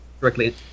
directly